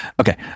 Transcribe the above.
okay